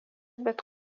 bet